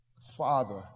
Father